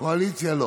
קואליציה?